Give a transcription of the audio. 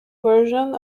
version